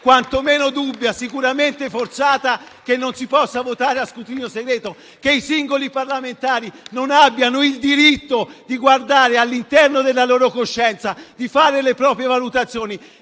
quantomeno dubbia, sicuramente forzata, che si possa votare a scrutinio segreto e che i singoli parlamentari abbiano il diritto di guardare all'interno della loro coscienza, di fare le proprie valutazioni